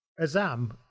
Azam